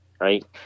right